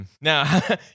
Now